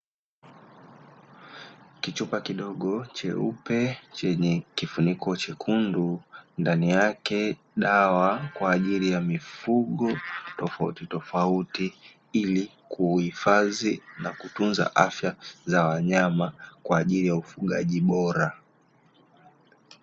Kichupa kidogo cheupe chenye kifuniko chekundu ndani yake dawa kwa ajili ya mifugo fofautitofauti ili kuhifadhi na kutunza afya za wanyama kwa ajili ya ufugaji bora.